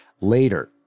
later